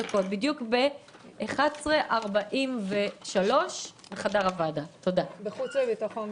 ניפגש ב-11:43 בחדר הוועדה,